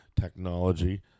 technology